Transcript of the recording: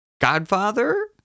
Godfather